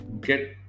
get